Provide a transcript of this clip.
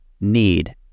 need